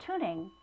tuning